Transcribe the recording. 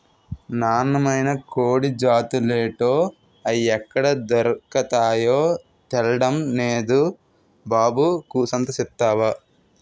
నాన్నమైన కోడి జాతులేటో, అయ్యెక్కడ దొర్కతాయో తెల్డం నేదు బాబు కూసంత సెప్తవా